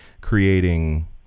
creating